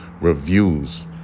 reviews